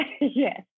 Yes